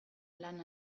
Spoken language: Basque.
lan